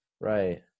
right